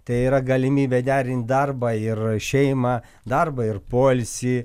tai yra galimybė derint darbą ir šeimą darbą ir poilsį